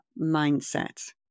mindset